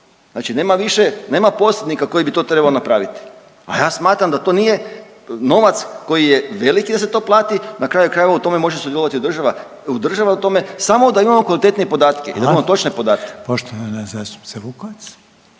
znači nema više, nema posrednika koji bi to trebao napraviti, a ja smatram da to nije novac koji je veliki da se to plati, na kraju krajeva u tome može sudjelovati država, država u tome, samo da imamo kvalitetnije podatke i da imamo točne podatke. **Reiner, Željko